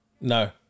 No